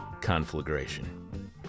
conflagration